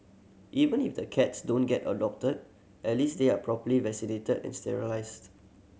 even if the cats don't get adopted at least they are properly vaccinated and sterilised